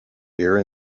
here